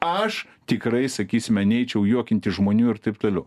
aš tikrai sakysime neičiau juokinti žmonių ir taip toliau